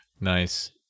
Nice